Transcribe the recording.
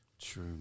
True